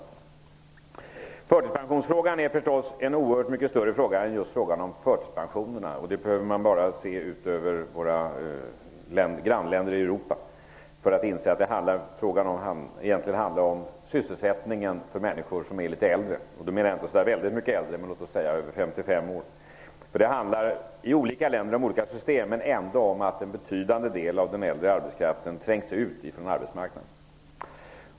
Frågan om förtidspension omfattar oerhört mycket mer än just frågan om pensioner. Vi behöver bara se på våra grannländer i Europa för att inse att frågan egentligen handlar om sysselsättningen för människor som är litet äldre. Jag menar inte så där väldigt mycket äldre, men låt oss säga över 55 år. Det handlar i olika länder om olika system, men ändå att en betydande del av den äldre arbetskraften trängs ut från arbetsmarknaden.